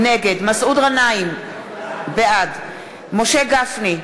נגד מסעוד גנאים, בעד משה גפני,